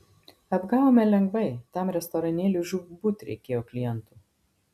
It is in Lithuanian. apgavome lengvai tam restoranėliui žūtbūt reikėjo klientų